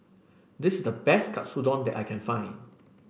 this the best Katsudon that I can find